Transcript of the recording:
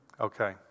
Okay